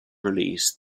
release